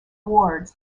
wards